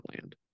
land